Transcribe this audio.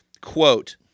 quote